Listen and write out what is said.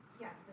Yes